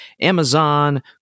Amazon